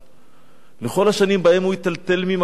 בכל השנים שבהן הוא היטלטל ממקום למקום,